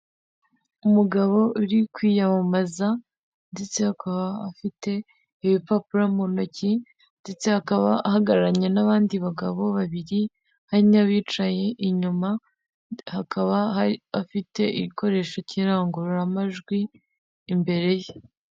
Umugabo uri kwiyamamaza ndetse akaba afite ibipapuro mu ntoki ndetse akaba ahagararanye n'abandi bagabo babiri, hari bicaye inyuma hakaba hari afite igikoresho cy'irangururamajwi imbere ye.